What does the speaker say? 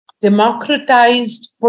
democratized